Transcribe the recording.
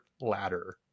ladder